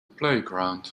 playground